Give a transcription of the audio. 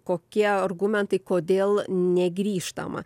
kokie argumentai kodėl negrįžtama